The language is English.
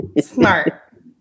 Smart